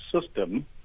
system